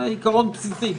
זה עיקרון בסיסי,